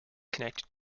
connected